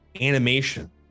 animation